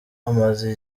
amaze